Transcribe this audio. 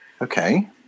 Okay